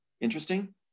Interesting